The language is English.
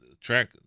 track